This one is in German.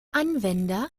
anwender